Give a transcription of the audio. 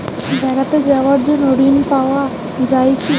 বেড়াতে যাওয়ার জন্য ঋণ পাওয়া যায় কি?